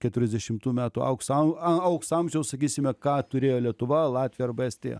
keturiasdešimtų metų aukso am a aukso amžiaus sakysime ką turėjo lietuva latvija arba estija